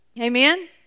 Amen